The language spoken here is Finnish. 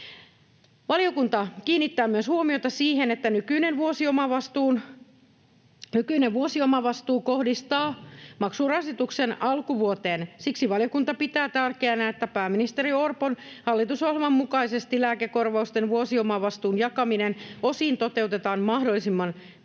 Valiokunta kiinnittää myös huomiota siihen, että nykyinen vuosiomavastuu kohdistaa maksurasituksen alkuvuoteen. Siksi valiokunta pitää tärkeänä, että pääministeri Orpon hallitusohjelman mukaisesti lääkekorvausten vuosiomavastuun jakaminen osiin toteutetaan mahdollisimman pikaisesti